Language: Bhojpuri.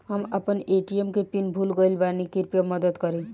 हम आपन ए.टी.एम के पीन भूल गइल बानी कृपया मदद करी